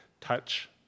touch